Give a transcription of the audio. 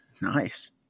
Nice